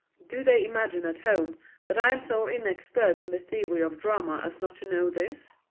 do they imagine at home that i am so inexpert in the theory of drama as not to know this?